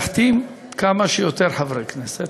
להחתים כמה שיותר חברי כנסת.